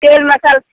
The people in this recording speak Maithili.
तेल मसल्ला